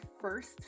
first